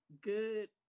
good